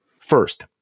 First